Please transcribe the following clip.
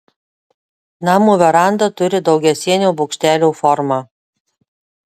namo veranda turi daugiasienio bokštelio formą